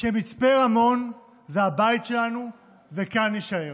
מצפה רמון זה הבית שלנו וכאן נישאר.